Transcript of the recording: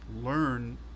learn